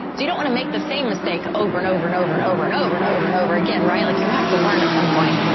so you don't want to make the same mistake over and over and over and over and over and over and over again. right. like you have to learn at some point,